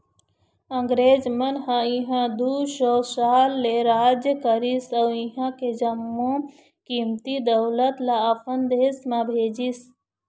अंगरेज मन ह इहां दू सौ साल ले राज करिस अउ इहां के जम्मो कीमती दउलत ल अपन देश म भेजिस